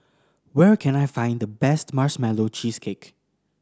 where can I find the best Marshmallow Cheesecake